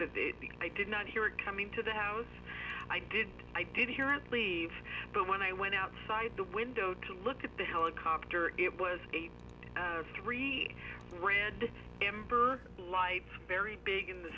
that i did not hear it coming to the house i did i did hear it leave but when i went outside the window to look at the helicopter it was a three red amber light very big in the